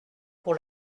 pour